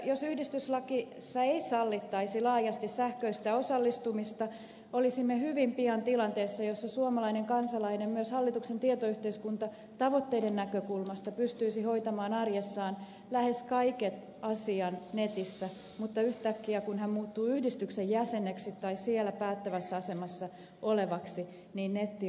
jos yhdistyslaissa ei sallittaisi laajasti sähköistä osallistumista olisimme hyvin pian tilanteessa jossa suomalainen kansalainen myös hallituksen tietoyhteiskuntatavoitteiden näkökulmasta pystyisi hoitamaan arjessaan lähes kaikki asiat netissä mutta yhtäkkiä kun hän muuttuu yhdistyksen jäseneksi tai siellä päättävässä asemassa olevaksi netti olisikin kielletty